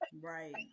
Right